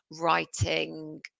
writing